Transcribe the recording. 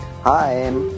Hi